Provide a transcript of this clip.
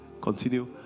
Continue